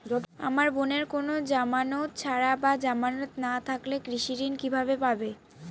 আমার বোনের কোন জামানত ছাড়া বা জামানত না থাকলে কৃষি ঋণ কিভাবে পাবে?